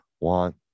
want